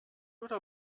oder